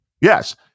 Yes